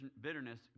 bitterness